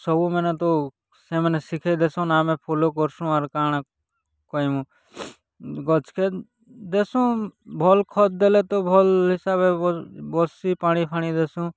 ସବୁ ମାନେ ତୋ ସେମାନେ ଶିଖେଇ ଦେସନ୍ ଆମେ ଫୁଲ କରୁସୁଁ ଆର୍ କାଁଣ କହିମୁଁ ଗଛ୍କେ ଦେସୁଁ ଭଲ୍ ଖତ ଦେଲେ ତ ଭଲ୍ ହିସାବେ ବସି ପାଣି ଫାଣି ଦେସୁଁ